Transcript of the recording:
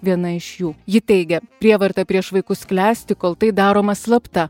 viena iš jų ji teigia prievartą prieš vaikus klesti kol tai daroma slapta